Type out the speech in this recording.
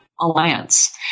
alliance